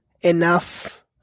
enough